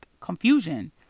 confusion